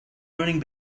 learning